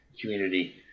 community